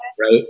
right